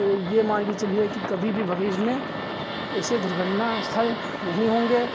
तो यह मानकर चलिए कि कभी भी भविष्य में ऐसे दुर्घटना स्थल नहीं होंगे और